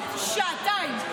נכון.